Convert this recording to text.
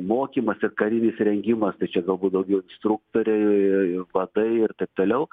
mokymas ir karinis rengimas tai čia galbūt daugiau instruktoriai ir vadai ir taip toliau